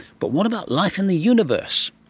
but what about life in the universe?